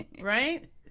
right